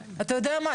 אתה יודע מה?